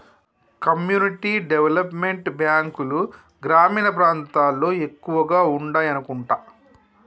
community development బ్యాంకులు గ్రామీణ ప్రాంతాల్లో ఎక్కువగా ఉండాయనుకుంటా